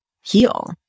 heal